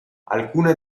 alcune